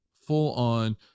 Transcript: full-on